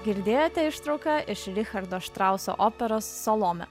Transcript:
girdėjote ištrauką iš richardo štrauso operos salomė